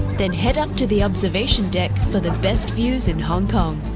then head up to the observation deck for the best views in hong kong.